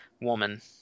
woman